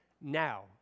Now